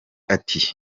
ati